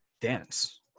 dance